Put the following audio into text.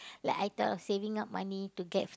like I thought of saving up money to get